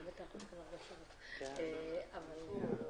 בשעה 12:15.